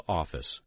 office